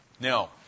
Now